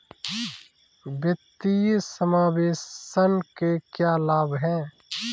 वित्तीय समावेशन के क्या लाभ हैं?